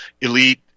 elite